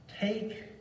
take